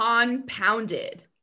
compounded